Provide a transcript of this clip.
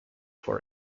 for